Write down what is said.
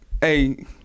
Hey